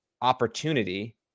opportunity